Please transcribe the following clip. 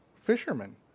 fishermen